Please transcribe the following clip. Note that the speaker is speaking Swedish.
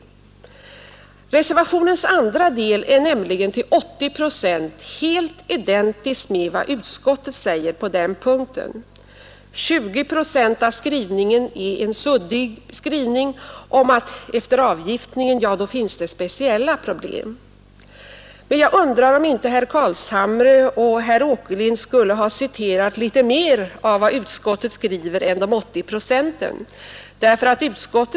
Reservationens andra del är till 80 procent helt identisk med vad utskottet säger på denna punkt. 20 procent är en suddig skrivning om att efter avgiftningen finns speciella problem. Men jag undrar om inte herrar Carlshamre och Åkerlind borde ha citerat litet mer av utskottets skrivning än de 80 procenten.